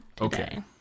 Okay